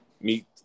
meet